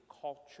culture